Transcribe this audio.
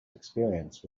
experience